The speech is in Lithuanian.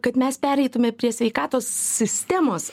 kad mes pereitume prie sveikatos sistemos